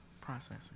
processing